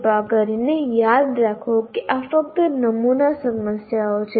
કૃપા કરીને યાદ રાખો કે આ ફક્ત નમૂના સમસ્યાઓ છે